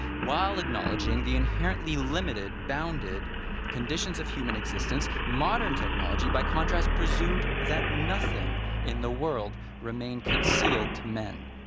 while acknowledging the inherently limited, bounded conditions of human existence. modern technology, by contrast, presumed that nothing in the world remain concealed to men.